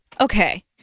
Okay